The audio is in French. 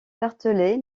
tartelett